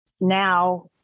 now